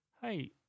hey